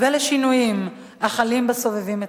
ולשינויים החלים בסובבים אתכם.